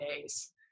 days